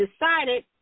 decided